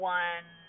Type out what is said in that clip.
one